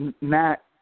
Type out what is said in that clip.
Matt